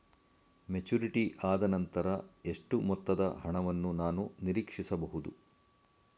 Maturity ಆದನಂತರ ಎಷ್ಟು ಮೊತ್ತದ ಹಣವನ್ನು ನಾನು ನೀರೀಕ್ಷಿಸ ಬಹುದು?